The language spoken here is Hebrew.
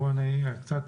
לנו עוד